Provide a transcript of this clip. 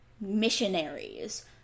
missionaries